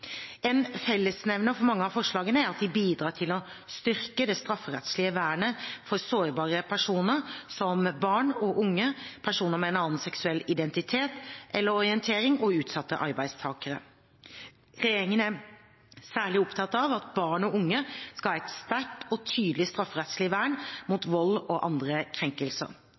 En fellesnevner for mange av forslagene er at de bidrar til å styrke det strafferettslige vernet for sårbare personer, som barn og unge, personer med en annen seksuell identitet eller orientering og utsatte arbeidstakere. Regjeringen er særlig opptatt av at barn og unge skal ha et sterkt og tydelig strafferettslig vern mot vold og andre krenkelser.